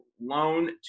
loan